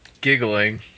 giggling